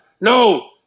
No